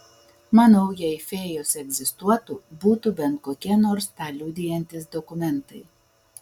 manau jei fėjos egzistuotų būtų bent kokie nors tą liudijantys dokumentai